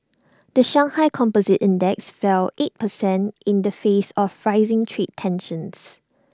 the Shanghai composite index fell eight percent in the face of rising trade tensions